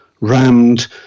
rammed